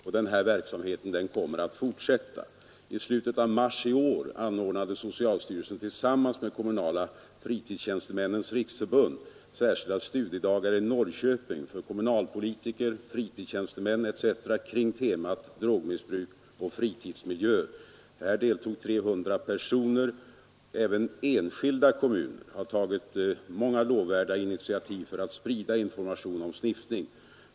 Den verksamheten kommer att fortsätta. I slutet av mars i år anordnade socialstyrelsen också tillsammans med Kommunala fritidstjänstemäns riksförbund särskilda studiedagar i Norrköping för kommunalpolitiker och fritidstjänstemän m.fl. kring temat drogmissbruk och fritidsmiljöer. Omkring 300 personer deltog i dessa studiedagar. Även enskilda kommuner har tagit många lovvärda initiativ för att sprida information om sniffning.